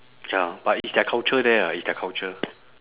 ya but it's their culture there ah it's their culture